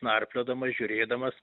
narpliodamas žiūrėdamas